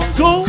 go